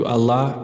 Allah